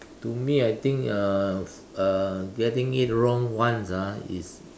to me I think uh uh getting it wrong once ah is